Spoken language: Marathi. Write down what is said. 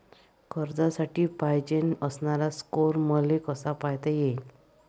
कर्जासाठी पायजेन असणारा स्कोर मले कसा पायता येईन?